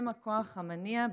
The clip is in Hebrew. הם הכוח המניע,